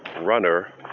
runner